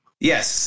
Yes